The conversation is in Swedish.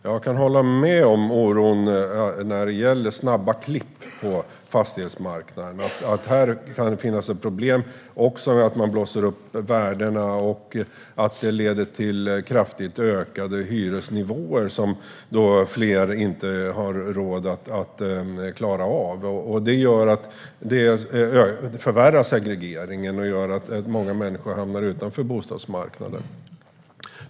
Herr talman! Jag kan dela oron när det gäller snabba klipp på fastighetsmarknaden. Det kan finnas ett problem med att man blåser upp värdena och att detta leder till kraftigt ökade hyresnivåer, som fler inte klarar av. Detta förvärrar segregeringen och gör att många människor hamnar utanför bostadsmarknaden.